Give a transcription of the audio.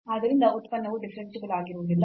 ಆದ್ದರಿಂದ ಉತ್ಪನ್ನವು ಡಿಫರೆನ್ಸಿಬಲ್ ಆಗಿರುವುದಿಲ್ಲ